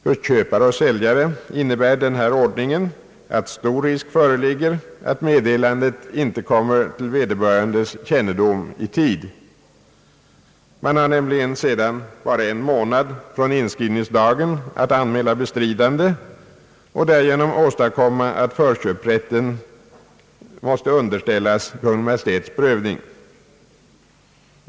För köpare och säljare innebär denna ordning att stor risk föreligger att meddelandet inte kommer till vederbörandes kännedom i tid. Man har nämligen sedan bara en månad från inskrivningsdagen att anmäla bestridande och därigenom åstadkomma att förköpsrätten måste underställas Kungl. Maj:ts prövning.